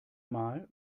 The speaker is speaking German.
mal